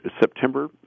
September